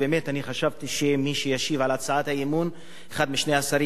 באמת אני חשבתי שמי שישיב על הצעת האי-אמון הוא אחד משני שרים,